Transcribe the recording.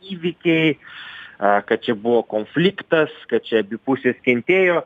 įvykiai a kad čia buvo konfliktas kad čia abi pusės kentėjo